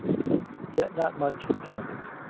yet not much had come of it.